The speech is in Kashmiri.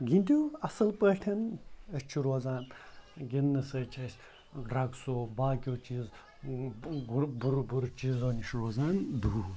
گِنٛدِو اَصٕل پٲٹھ أسۍ چھِ روزان گِنٛدنہٕ سۭتۍ چھِ أسۍ ڈرٛگسو باقٕیو چیٖز بُرٕ بُرٕ بُرٕ چیٖزو نِش روزان دوٗر